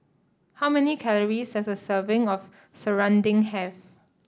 how many calories does a serving of Serunding have